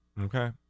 Okay